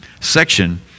section